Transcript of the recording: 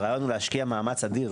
הרעיון הוא להשקיע מאמץ אדיר